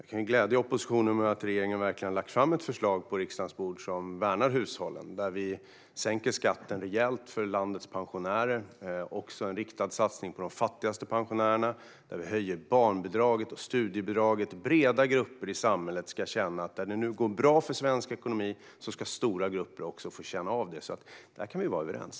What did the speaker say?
Herr talman! Jag kan glädja oppositionen med att regeringen verkligen har lagt fram ett förslag på riksdagens bord som värnar hushållen. Vi sänker skatten rejält för landets pensionärer, och vi gör en riktad satsning på de fattigaste pensionärerna. Vi höjer barnbidraget och studiebidraget. När det går bra för svensk ekonomi ska stora grupper känna av det. Där är vi överens.